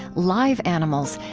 live animals,